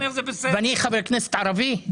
ואני חבר כנסת ערבי?